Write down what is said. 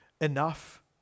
enough